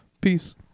peace